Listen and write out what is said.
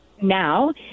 now